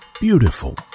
beautiful